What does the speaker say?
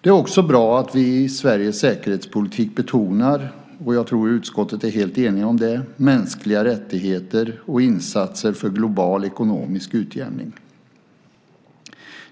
Det är också bra att vi i svensk säkerhetspolitik betonar - jag tror utskottet är helt enigt i detta - mänskliga rättigheter och insatser för global ekonomisk utjämning.